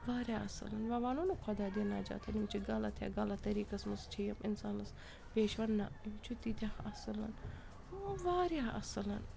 واریاہ اَصٕل وَ وَنو نہٕ خۄدا دِیِن نَجات یِمَن چھِ غَلَط یا غلط طریٖقَس منٛز چھِ یِم اِنسانَس پیش یِوان نَہ یِم چھِ تیٖتیٛاہ اَصٕل واریاہ اَصٕل